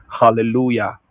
Hallelujah